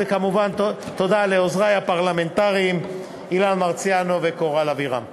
וכמובן תודה לעוזרי הפרלמנטריים אילן מרסיאנו וקורל אבירם.